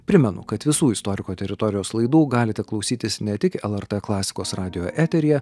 primenu kad visų istoriko teritorijos laidų galite klausytis ne tik lrt klasikos radijo eteryje